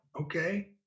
Okay